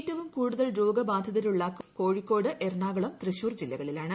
ഏറ്റവും കൂടുതൽ രോഗബാധിതരുള്ളത് കോഴിക്കോട് എറണാകുളം തൃശൂർ ജില്ലകളിലാണ